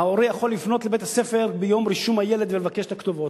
ההורה יכול לפנות לבית-הספר ביום רישום הילד ולבקש את הכתובות,